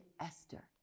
Esther